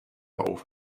auf